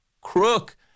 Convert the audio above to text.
crook